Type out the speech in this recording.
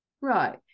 Right